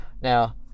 now